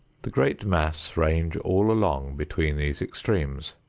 the great mass range all along between these extremes.